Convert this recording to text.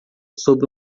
sobre